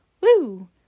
woo